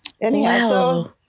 Anyhow